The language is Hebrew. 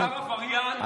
שר עבריין,